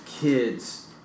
kids